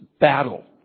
battle